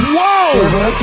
Whoa